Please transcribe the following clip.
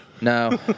No